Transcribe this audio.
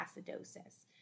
acidosis